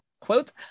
quote